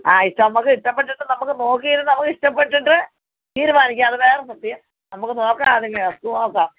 ആ ഇഷ്ടമാണ് നമുക്ക് ഇഷ്ടപ്പെട്ടിട്ട് നമുക്ക് നോക്കിയിരുന്ന് നമുക്ക് ഇഷ്ടപ്പെട്ടിട്ട് തീരുമാനിക്കാം അത് വേറെ സത്യം നമുക്ക് നോക്കണമെങ്കിൽ നോക്കാം